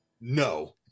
no